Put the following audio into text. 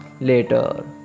later